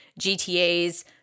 GTAs